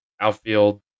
outfield